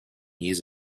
years